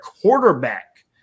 quarterback